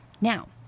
Now